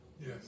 Yes